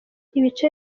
ibice